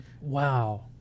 Wow